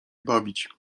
bawić